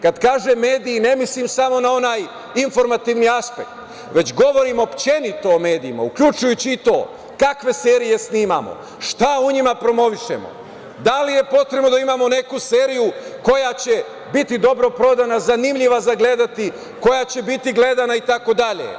Kada kažem mediji ne mislim samo na onaj informativni aspekt, već govorim uopšteno o medijima, uključujući i to kakve serije snimamo, šta u njima promovišemo, da li je potrebno da imamo neku seriju koja će biti dobro prodana, zanimljiva za gledanje, koja će biti gledana itd.